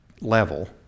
level